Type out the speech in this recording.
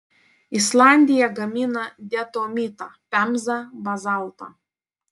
islandija gamina diatomitą pemzą bazaltą